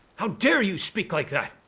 how dare you speak like that?